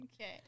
Okay